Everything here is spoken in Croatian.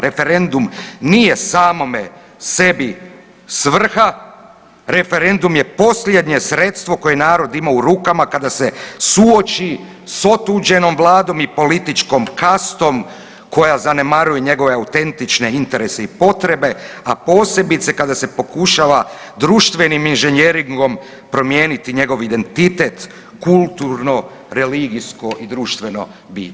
Referendum nije samome sebi svrha, referendum je posljednje sredstvo koje narod ima u rukama kada se suoči s otuđenom Vladom i političkom kastom koja zanemaruje njegove autentične interese i potrebe, a posebice kada se pokušava društvenim inženjeringom promijeniti njegov identitet kulturno, religijsko i društveno biće.